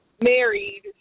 married